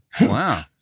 Wow